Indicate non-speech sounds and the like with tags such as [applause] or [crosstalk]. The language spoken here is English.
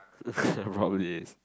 [laughs] probably is